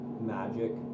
magic